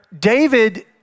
David